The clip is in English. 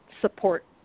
support